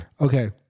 Okay